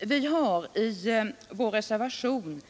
Vi har i vår reservation